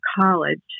college